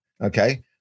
okay